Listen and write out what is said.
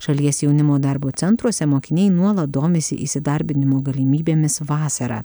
šalies jaunimo darbo centruose mokiniai nuolat domisi įsidarbinimo galimybėmis vasarą